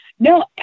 No